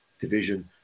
division